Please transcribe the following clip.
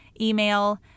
email